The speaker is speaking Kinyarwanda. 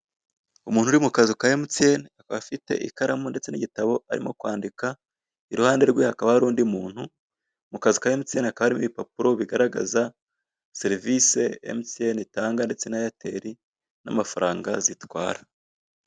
Umuntu uri mu kazu ka MTN, akaba fite ikaramu ndetse n'igitabo arimo kwandika, iruhande rwe hakaba hari undi muntu, mu kazu ka MTN hakaba harimo ibipapura bigaragaza serivise MTN itanga ndetse na Airtel n'amafaranga zitwara.